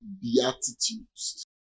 Beatitudes